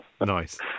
Nice